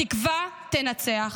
התקווה תנצח.